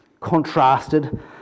contrasted